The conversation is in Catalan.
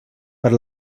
per